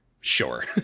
Sure